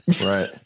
Right